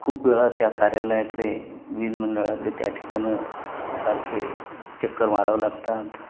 खूप वेळा त्या कार्यालयाकडे वीज मंडळाकडे त्या ठिकाणं सारखे चक्कर मारावं लागतात